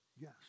yes